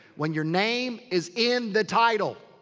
when your name is in the title,